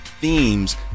themes